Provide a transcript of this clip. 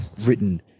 written